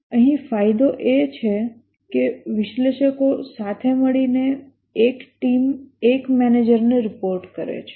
અહીં ફાયદો એ છે કે વિશ્લેષકો સાથે મળીને એક ટીમ એક મેનેજરને રિપોર્ટ કરે છે